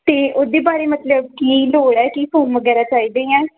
ਅਤੇ ਉਹਦੇ ਬਾਰੇ ਮਤਲਬ ਕੀ ਲੋੜ ਹੈ ਕੀ ਫੋਰਮ ਵਗੈਰਾ ਚਾਹੀਦੇ ਆਂ